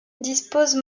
dispose